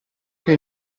che